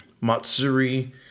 Matsuri